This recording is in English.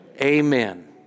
Amen